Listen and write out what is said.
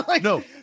No